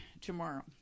tomorrow